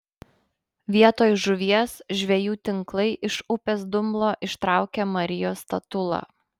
vietoj žuvies žvejų tinklai iš upės dumblo ištraukė marijos statulą